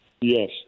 Yes